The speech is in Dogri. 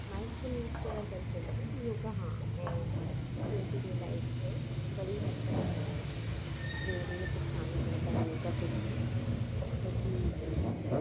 लाईफ दी अगर गल्ल करचै हां योगा हां अपनी लाईफ च बड़ी हद्द तक अपनाए दा ऐ सवेरे शामी टू टाईम योगा करियै अपना